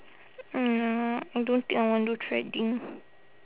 no I don't think I want do threading